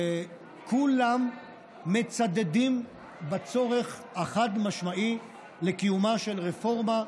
כולם מצדדים בצורך החד-משמעי בקיומה של רפורמה משמעותית,